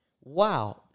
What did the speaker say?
wow